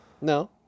No